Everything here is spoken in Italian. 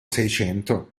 seicento